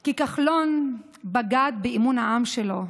כי כחלון בגד באמון העם שלו.